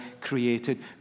created